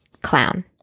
clown